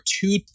two